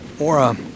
Aura